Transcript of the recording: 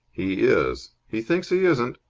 he is. he thinks he isn't,